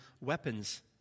weapons